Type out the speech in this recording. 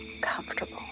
comfortable